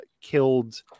killed